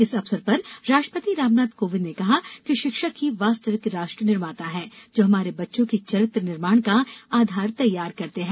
इस अवसर पर राष्ट्रपति रामनाथ कोविंद ने कहा कि शिक्षक ही यास्तविक राष्ट्र निर्माता हैं जो हमारे बच्चों के चरित्र निर्माण का आधार तैयार करते हैं